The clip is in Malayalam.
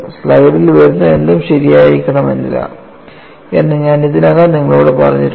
സ്ലൈഡിൽ വരുന്നതെന്തും ശരിയായിരിക്കണമെന്നില്ല എന്ന് ഞാൻ ഇതിനകം നിങ്ങളോട് പറഞ്ഞിട്ടുണ്ട്